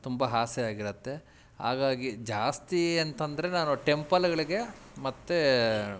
ತುಂಬ ಆಸೆ ಆಗಿರತ್ತೆ ಹಾಗಾಗಿ ಜಾಸ್ತಿ ಅಂತಂದರೆ ನಾನು ಟೆಂಪಲ್ಗಳಿಗೆ ಮತ್ತು